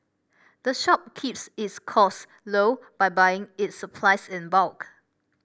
the shop keeps its costs low by buying its supplies in bulk